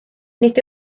nid